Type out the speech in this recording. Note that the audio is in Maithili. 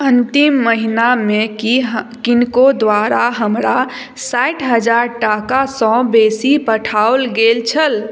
अन्तिम महिनामे की किनको द्वारा हमरा साठि हजार टाकासँ बेसी पठाओल गेल छल